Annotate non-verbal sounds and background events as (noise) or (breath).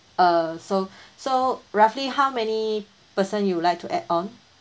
uh so (breath) so roughly how many person you would like to add on